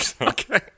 Okay